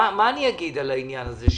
מה אני אגיד על העניין הזה,